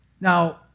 Now